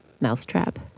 Mousetrap